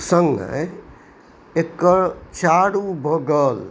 सङ्गे एकर चारू बगल